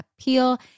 appeal